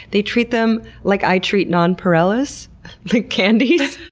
they treat them like i treat nonpareils. like candies.